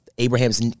Abraham's